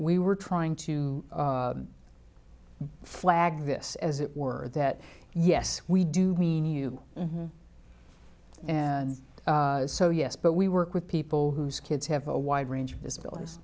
we were trying to flag this as it were that yes we do mean you and so yes but we work with people whose kids have a wide range of disabilities